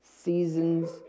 seasons